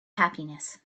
happiness